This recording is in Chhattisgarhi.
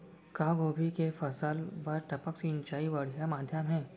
का गोभी के फसल बर टपक सिंचाई बढ़िया माधयम हे?